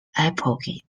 applegate